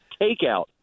takeout